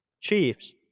Chiefs